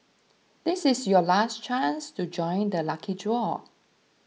this is your last chance to join the lucky draw